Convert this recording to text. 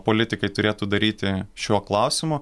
politikai turėtų daryti šiuo klausimu